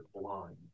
blind